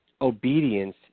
Obedience